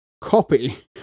copy